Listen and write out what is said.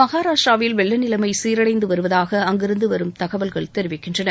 மகாராஷ்டிராவில் வெள்ளநிலைமை சீரஎடந்து வருவதாக அங்கிருந்து வரும் தகவல்கள் தெரிவிக்கின்றன